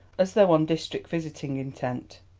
as though on district visiting intent.